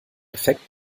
effekt